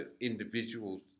individuals